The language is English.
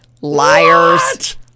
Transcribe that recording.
Liars